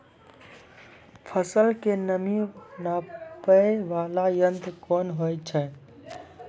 फसल के नमी नापैय वाला यंत्र कोन होय छै